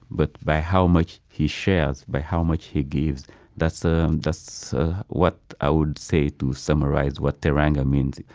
but by how much he shares, by how much he gives that's ah that's what i would say to summarize what teranga means.